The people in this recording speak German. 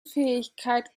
fähigkeit